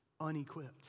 unequipped